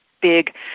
big